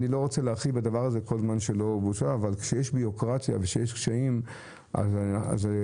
אני לא רוצה להרחיב על הדבר הזה אבל כשיש בירוקרטיה וכשיש קשיים אז כולנו